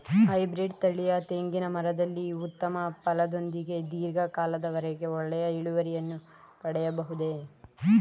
Hybrid ತಳಿಯ ತೆಂಗಿನ ಮರದಲ್ಲಿ ಉತ್ತಮ ಫಲದೊಂದಿಗೆ ಧೀರ್ಘ ಕಾಲದ ವರೆಗೆ ಒಳ್ಳೆಯ ಇಳುವರಿಯನ್ನು ಪಡೆಯಬಹುದೇ?